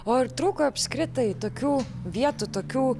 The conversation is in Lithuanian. o ar trūko apskritai tokių vietų tokių